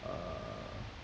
uh